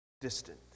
distant